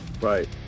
Right